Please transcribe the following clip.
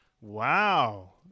Wow